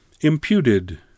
imputed